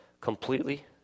completely